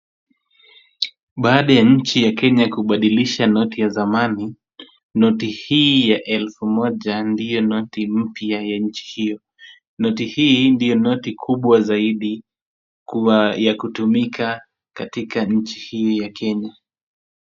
Baada ya nchi ya Kenya kubadilisha noti ya zamani, noti hii ya elfu moja ndiyo noti mpya ya nchi hiyo. Noti hii ndiyo noti kubwa zaidi ya kutumika katika nchi hii ya Kenya.